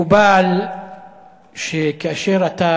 מקובל שכאשר אתה